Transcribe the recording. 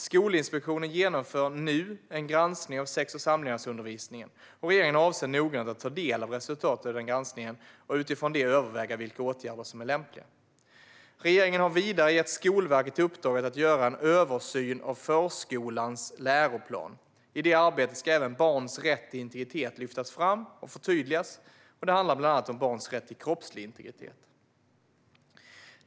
Skolinspektionen genomför nu en granskning av sex och samlevnadsundervisningen. Regeringen avser att noggrant ta del av resultatet av den granskningen och utifrån den överväga vilka åtgärder som är lämpliga. Regeringen har vidare gett Skolverket i uppdrag att göra en översyn av förskolans läroplan. I det arbetet ska även barns rätt till integritet lyftas fram och förtydligas. Det handlar bland annat om barns rätt till kroppslig integritet.